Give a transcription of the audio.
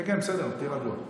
בסדר, תהיה רגוע.